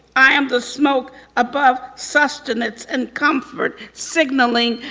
i am the smoke above sustenance and comfort, signaling.